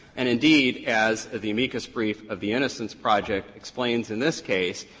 and indeed, as the amicus brief of the innocence project explains in this case,